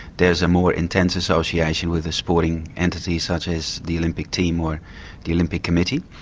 there is a more intense association with a sporting entity such as the olympic team or the olympic committee.